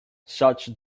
such